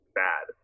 bad